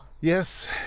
Yes